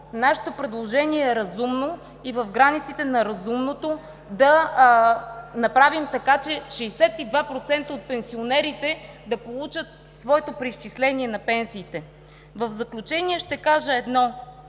нашето предложение е разумно и в границите на разумното да направим така, че 62% от пенсионерите да получат своето преизчисление на пенсиите. В заключение ще кажа едно: